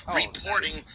reporting